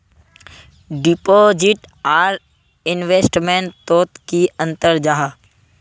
Deposit आर investment तोत की अंतर जाहा?